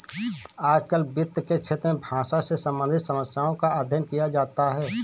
आजकल वित्त के क्षेत्र में भाषा से सम्बन्धित समस्याओं का अध्ययन किया जाता है